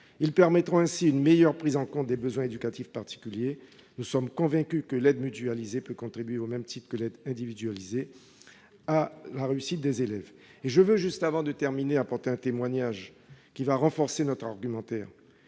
Ils permettront ainsi de mieux prendre en compte les besoins éducatifs particuliers ; nous sommes convaincus que l'aide mutualisée peut contribuer, au même titre que l'aide individualisée, à la réussite des élèves. Avant de terminer mon propos, je souhaite apporter un témoignage, qui renforcera notre argumentation.